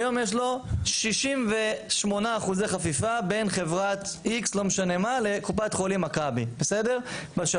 היום יש לו 68% חפיפה בין חברת X לקופת חולים מכבי בשב"ן.